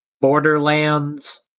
Borderlands